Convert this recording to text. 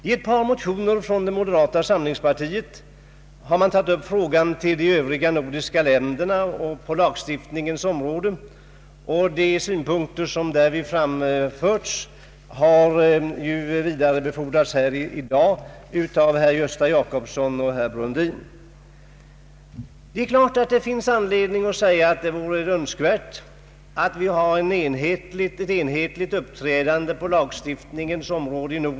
I ett par motioner från moderala samlingspartiet upptas frågan om samordning med de övriga nordiska länderna på lagstiftningens område. De synpunkter som där framförts har vidarebefordrats här i dag av herrar Gösta Jacobsson och Brundin. Det är klart att det finns anledning att säga att det vore önskvärt med ett enhetligt nordiskt uppträdande på lagstiftningens område.